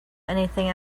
anything